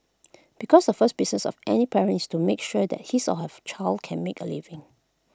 because the first business of any parents to make sure that his or her child can make A living